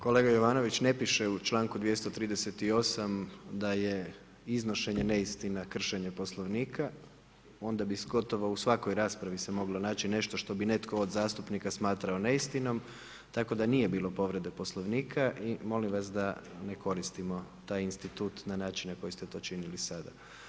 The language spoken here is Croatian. Kolega Jovanović, ne piše u članku 238. da je iznošenje neistine kršenje Poslovnika onda bi gotovo u svakoj raspravi se moglo naći nešto što bi netko od zastupnika smatrao neistinom tako da nije bilo povrede Poslovnika i molim vas da ne koristimo taj institut na način na koji ste to činili sada.